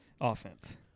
offense